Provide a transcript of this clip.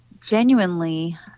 genuinely